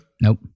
Nope